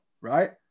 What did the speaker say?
right